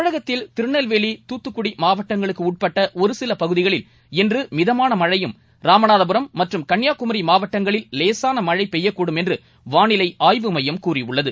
தமிழகத்தில் திருநெல்வேலி துத்துக்குடி மாவட்டங்களுக்கு உட்பட்ட ஒரு சில பகுதிகளில் இன்று மிதமான மழையும் ராமநாதபுரம் மற்றும் கன்னியாகுமரி மாவட்டங்களில் லேளன மழை பெய்யக்கூடும் என்று வானிலை ஆய்வு மையம் கூறியுள்ளது